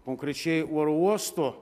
konkrečiai oro uosto